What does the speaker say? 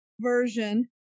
version